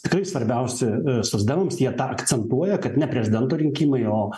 tikrai svarbiausi socdemams jie tą akcentuoja kad ne prezidento rinkimai o